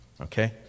Okay